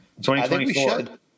2024